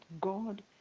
God